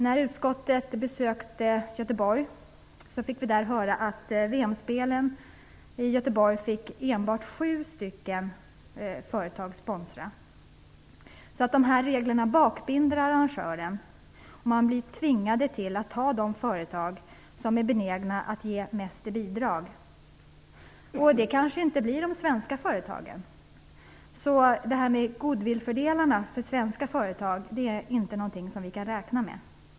När utskottet besökte Göteborg fick vi höra att enbart sju företag fick sponsra VM-spelen där. Dessa regler bakbinder arrangören. Man blir tvingad att ta de företag som är benägna att ge störst bidrag. Det blir kanske inte de svenska företagen. Det här med goodwillfördelar för svenska företag är inte något som vi kan räkna med.